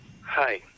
Hi